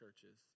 churches